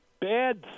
bad